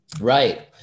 Right